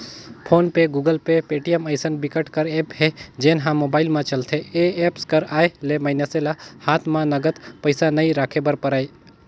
phone पे, Google Pay, Paytm अइसन बिकट कर ऐप हे जेन ह मोबाईल म चलथे ए एप्स कर आए ले मइनसे ल हात म नगद पइसा नइ राखे बर परय